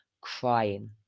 crying